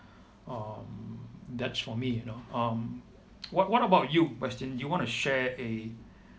um that's for me you know um what what about you westin you wanna share a